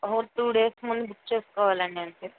ఓ two days ముందు book చేసుకోవాలండి అంతే